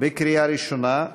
בקריאה ראשונה.